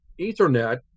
Ethernet